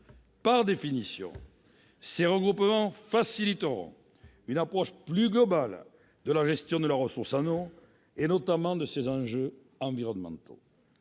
Par définition, les regroupements faciliteront une approche plus globale de la gestion de la ressource en eau, notamment de ses enjeux environnementaux.